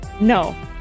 No